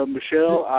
Michelle